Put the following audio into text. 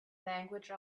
language